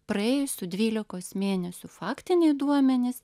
praėjusių dvylikos mėnesių faktiniai duomenys